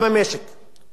אם אפשר לסיים.